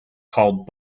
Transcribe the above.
called